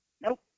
Nope